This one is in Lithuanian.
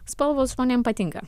spalvos žmonėm patinka